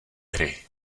hry